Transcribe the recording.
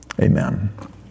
Amen